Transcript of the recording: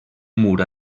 mur